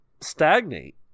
Stagnate